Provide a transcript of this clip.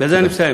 בזה אני מסיים.